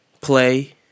play